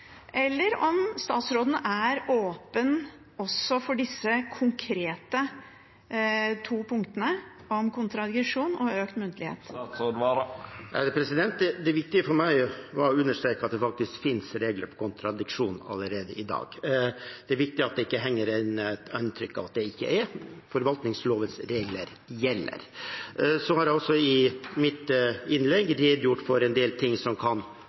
eller om statsråden er åpen også for disse konkrete to punktene om kontradiksjon og økt muntlighet? Det viktige for meg var å understreke at det allerede i dag faktisk finnes regler når det gjelder kontradiksjon. Det er viktig at det ikke henger igjen inntrykk av at det ikke er det, forvaltningslovens regler gjelder. Jeg har også i mitt innlegg redegjort for en del ting som kan